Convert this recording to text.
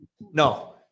no